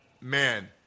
man